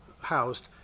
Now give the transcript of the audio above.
housed